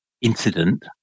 incident